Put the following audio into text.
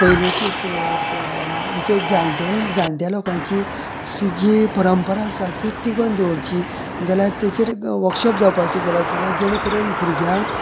पयलीची स स जाणट्या जाणट्या लोकांची हाी जी परंपरा आसा ती टिगोवन दवरची तेचेर वर्कशॉव जावपाची गरज आसा जेणे करून भुरग्यांक भुरग्यां पर्यंत